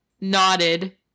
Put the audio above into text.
nodded